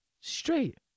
straight